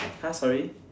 !huh! sorry